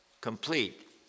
complete